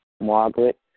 Margaret